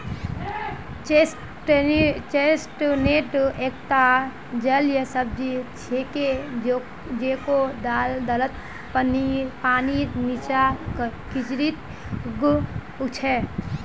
chestnut एकता जलीय सब्जी छिके जेको दलदलत, पानीर नीचा, कीचड़त उग छेक